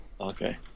okay